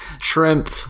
Shrimp